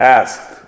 asked